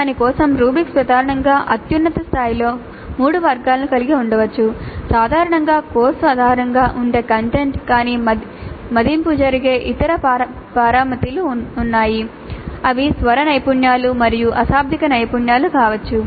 దాని కోసం రుబ్రిక్స్ ప్రధానంగా అత్యున్నత స్థాయిలో 3 వర్గాలను కలిగి ఉండవచ్చు సాధారణంగా కోర్సు ఆధారంగా ఉండే కంటెంట్ కానీ మదింపు జరిగే ఇతర పారామితులు ఉన్నాయి అవి స్వర నైపుణ్యాలు మరియు అశాబ్దిక నైపుణ్యాలు కావచ్చు